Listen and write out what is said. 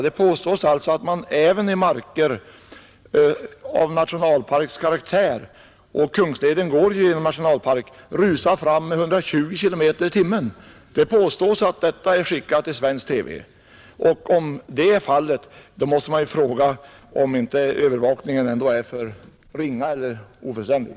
Det påstås alltså att man även i marker av nationalparkskaraktär — och Kungsleden går ju genom nationalpark — rusar fram med 120 km i timmen, Och det sägs alltså att det programmet har sänts i svensk TV. Om detta är riktigt, måste man fråga om övervakningen inte är helt otillräcklig.